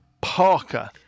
parker